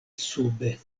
sube